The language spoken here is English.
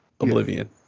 Oblivion